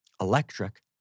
Electric